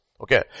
Okay